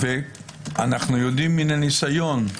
אנחנו יודעים מן הניסיון,